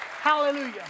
Hallelujah